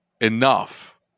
enough